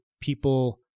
people